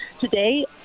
today